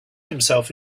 himself